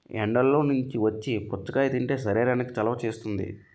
ఎండల్లో నుంచి వచ్చి పుచ్చకాయ తింటే శరీరానికి చలవ చేస్తుంది